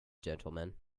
gentlemen